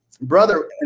brother